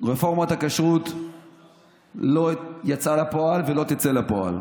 רפורמת הכשרות לא יצאה לפועל ולא תצא לפועל.